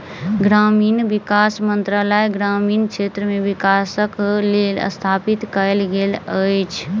ग्रामीण विकास मंत्रालय ग्रामीण क्षेत्र मे विकासक लेल स्थापित कयल गेल अछि